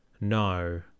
No